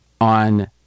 on